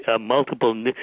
multiple